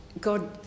God